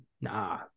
Nah